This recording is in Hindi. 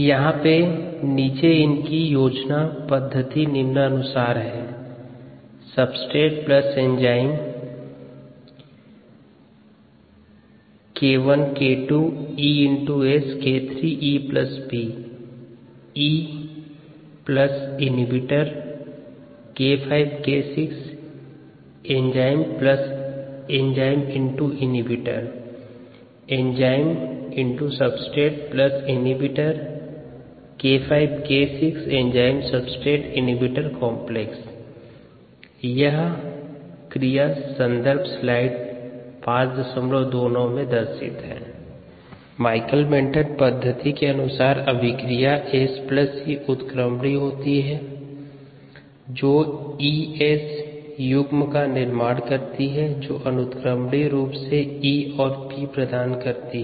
योजना पद्धति निम्नानुसार है माइकलिस मेन्टन पद्धति के अनुसार अभिक्रिया SE उत्क्रमणीय होती है जो ES युग्म का निर्माण करती है जो अनुत्क्रमणीय रूप से E और P प्रदान करती है